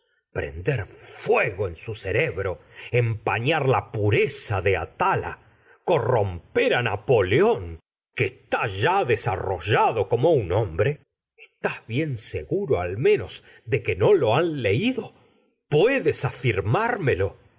prender fuego en su cerebro empañar la pureza de atalia corromper á napoleón que está ya desarrollado como un hombre l lüi estás bien seguro al menos de que no lo han leido puedes afirmármelo